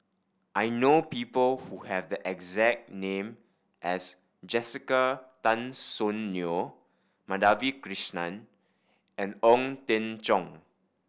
I know people who have the exact name as Jessica Tan Soon Neo Madhavi Krishnan and Ong Teng Cheong